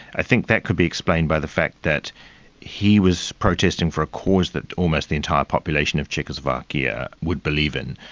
i think that could be explained by the fact that he was protesting for a cause that almost the entire population of czechoslovakia would believe in,